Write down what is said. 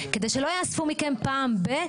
כדי שלא יאספו מכם פעם ב,